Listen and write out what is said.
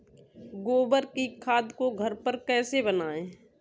गोबर की खाद को घर पर कैसे बनाएँ?